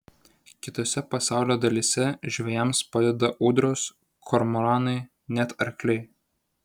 kitose pasaulio dalyse žvejams padeda ūdros kormoranai net arkliai